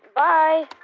bye